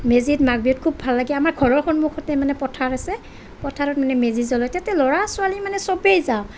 মেজিত মাঘ বিহুত খুব ভাল লাগে আমাৰ ঘৰৰ সন্মুখতে মানে পথাৰ আছে পথাৰত মানে মেজি জ্বলাই তাতে ল'ৰা ছোৱালী মানে চবেই যাওঁ